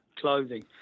clothing